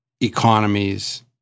economies